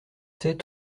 sept